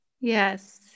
Yes